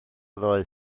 ddoe